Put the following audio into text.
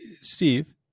steve